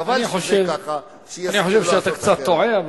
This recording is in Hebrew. חבל שזה ככה, אני חושב שאתה קצת טועה.